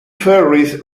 ferris